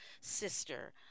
sister